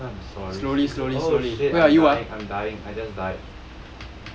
I'm sorry oh shit I'm dying I'm dying I just died